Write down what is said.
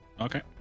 Okay